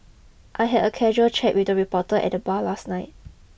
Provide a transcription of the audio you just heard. I had a casual chat with a reporter at the bar last night